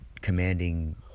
commanding